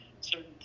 certain